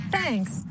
Thanks